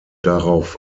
darauf